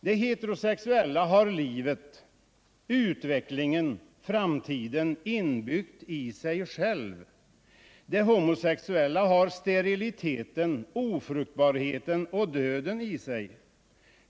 Det heterosexuella har livet, utvecklingen och framtiden inbyggda i sig självt. Det homosexuella har steriliteten, ofruktbarheten och döden i sig.